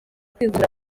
kwivuza